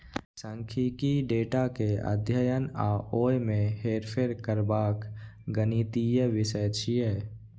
सांख्यिकी डेटा के अध्ययन आ ओय मे हेरफेर करबाक गणितीय विषय छियै